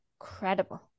Incredible